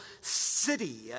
city